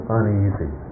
uneasy